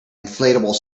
inflatable